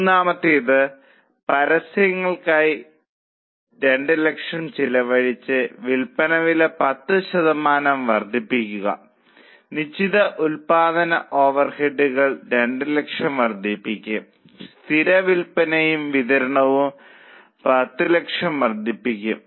മൂന്നാമത്തേത് പരസ്യങ്ങൾക്കായി 200000 ചിലവഴിച്ച് വിൽപ്പന വില 10 ശതമാനം വർദ്ധിപ്പിക്കുക നിശ്ചിത ഉൽപ്പാദന ഓവർഹെഡുകൾ 200000 വർദ്ധിക്കും സ്ഥിര വിൽപ്പനയും വിതരണവും 100000 വർദ്ധിക്കും